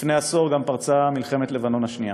לפני עשור, גם פרצה מלחמת לבנון השנייה.